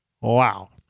Wow